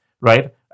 Right